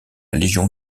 légion